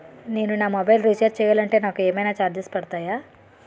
నేను నా mobile recharge చేయాలంటే నాకు ఏమైనా చార్జెస్ పడతాయా?